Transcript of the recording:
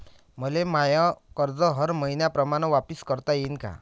मले माय कर्ज हर मईन्याप्रमाणं वापिस करता येईन का?